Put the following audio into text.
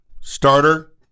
starter